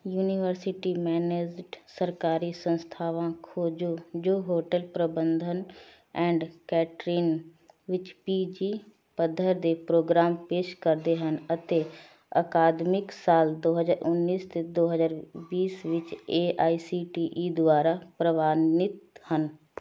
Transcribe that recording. university managed ਸਰਕਾਰੀ ਸੰਸਥਾਵਾਂ ਖੋਜੋ ਜੋ ਹੋਟਲ ਪ੍ਰਬੰਧਨ ਐਂਡ ਕੈਟਰਿੰਨ ਵਿੱਚ ਪੀ ਜੀ ਪੱਧਰ ਦੇ ਪ੍ਰੋਗਰਾਮ ਪੇਸ਼ ਕਰਦੇ ਹਨ ਅਤੇ ਅਕਾਦਮਿਕ ਸਾਲ ਦੋ ਹਜ਼ਾਰ ਉੱਨੀ ਅਤੇ ਦੋ ਹਜ਼ਾਰ ਵੀਹ ਵਿੱਚ A I C T E ਦੁਆਰਾ ਪ੍ਰਵਾਨਿਤ ਹਨ